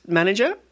manager